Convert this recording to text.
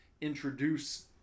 introduce